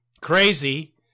Crazy